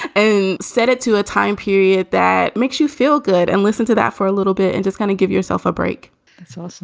and set it to a time period that makes you feel good and listen to that for a little bit and just kind of give yourself a break so, listen,